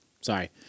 Sorry